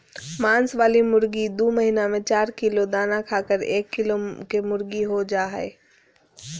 मांस वाली मुर्गी दू महीना में चार किलो दाना खाकर एक किलो केमुर्गीहो जा हइ